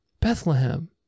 Bethlehem